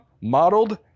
modeled